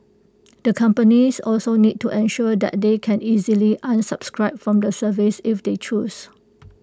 the companies also need to ensure that they can easily unsubscribe from the service if they choose